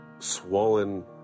swollen